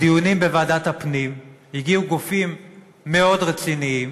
לדיונים בוועדת הפנים הגיעו גופים מאוד רציניים,